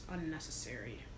unnecessary